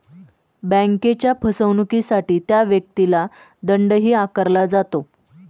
बँकेच्या फसवणुकीसाठी त्या व्यक्तीला दंडही आकारला जातो